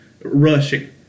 rushing